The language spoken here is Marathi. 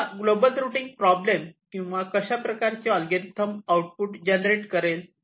तेव्हा ग्लोबल रुटींग प्रॉब्लेम किंवा कशाप्रकारे अल्गोरिदम आउटपुट जनरेट करेल